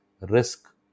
risk